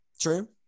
True